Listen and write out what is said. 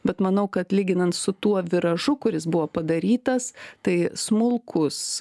bet manau kad lyginant su tuo viražu kuris buvo padarytas tai smulkus